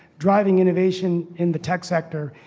driving innovation in the tech-sector.